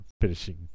finishing